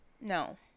no